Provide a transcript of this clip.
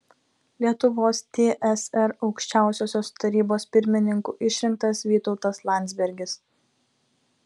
lietuvos tsr aukščiausiosios tarybos pirmininku išrinktas vytautas landsbergis